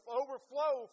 overflow